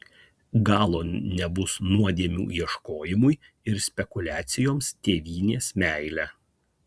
galo nebus nuodėmių ieškojimui ir spekuliacijoms tėvynės meile